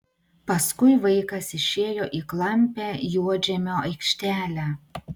paskui vaikas išėjo į klampią juodžemio aikštelę